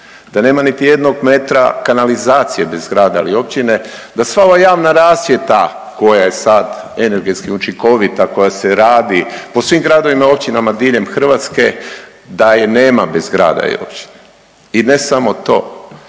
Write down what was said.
Da nema niti jednog metra kanalizacije bez grada ili općine, da sva ova javna rasvjeta koja je sad energetski učinkovita, koja se radi, po svim gradovima i općinama diljem Hrvatske, da je nema bez grada ili općine. I ne samo to,